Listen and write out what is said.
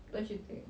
don't you think